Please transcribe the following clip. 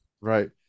right